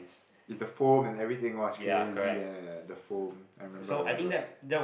is the foam and everything [wah] is crazy eh the foam I remember I remember